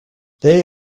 they